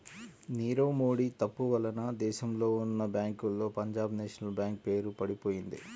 నీరవ్ మోడీ తప్పు వలన దేశంలో ఉన్నా బ్యేంకుల్లో పంజాబ్ నేషనల్ బ్యేంకు పేరు పడిపొయింది